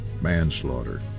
manslaughter